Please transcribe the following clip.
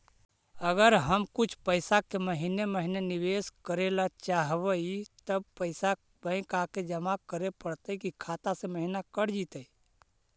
अगर हम कुछ पैसा के महिने महिने निबेस करे ल चाहबइ तब पैसा बैक आके जमा करे पड़तै कि खाता से महिना कट जितै?